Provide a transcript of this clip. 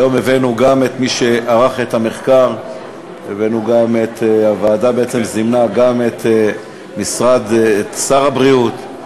היום הבאנו גם את מי שערך את המחקר; הוועדה זימנה גם את שר הבריאות,